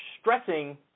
stressing